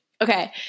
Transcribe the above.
Okay